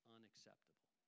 Unacceptable